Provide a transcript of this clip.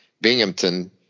Binghamton